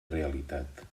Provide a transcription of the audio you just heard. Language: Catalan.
realitat